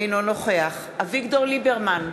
אינו נוכח אביגדור ליברמן,